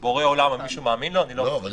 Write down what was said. בורא עולם או מי שהוא מאמין לו --- לא.